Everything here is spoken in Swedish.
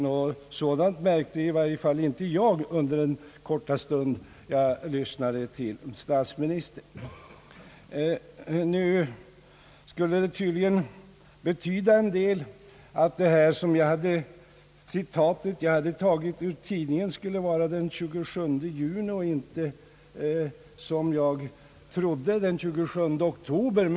Något sådant märkte 1 varje fall inte jag under den korta stund jag lyssnade till statsministern. Nu skulle det tydligen betyda en del att det jag citerade skulle vara från en tidning den 27 juni och inte, som jag trodde, den 27 oktober.